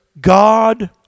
God